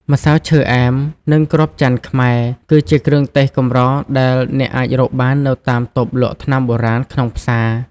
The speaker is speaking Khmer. ម្សៅឈើអែម និងគ្រាប់ចន្ទន៍ខ្មែរ គឺជាគ្រឿងទេសកម្រដែលអ្នកអាចរកបាននៅតាមតូបលក់ថ្នាំបុរាណក្នុងផ្សារ។